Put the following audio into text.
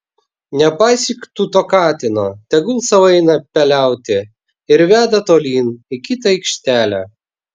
nepaisyk tu to katino tegul sau eina peliauti ir veda tolyn į kitą aikštelę